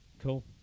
Cool